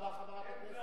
תודה רבה.